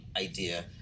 idea